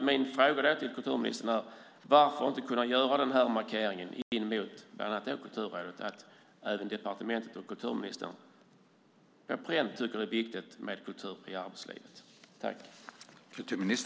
Min fråga till kulturministern är: Varför inte kunna göra markeringen på pränt till bland annat Kulturrådet att även departementet och kulturministern tycker att det är viktigt med Kultur i arbetslivet.